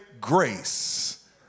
Grace